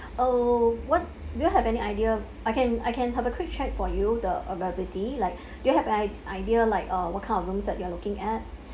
uh what do you have any idea I can I can have a quick check for you the availability like do you have an idea like uh what kind of rooms that you are looking at